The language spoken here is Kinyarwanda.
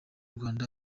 rwanda